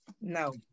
no